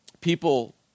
People